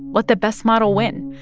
let the best model win.